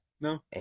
No